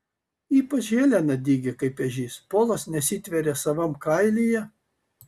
ypač helena dygi kaip ežys polas nesitveria savam kailyje